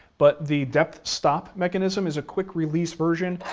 but the depth stop mechanism is a quick-release version